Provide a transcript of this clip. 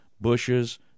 Bushes